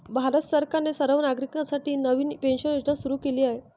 भारत सरकारने सर्व नागरिकांसाठी नवीन पेन्शन योजना सुरू केली आहे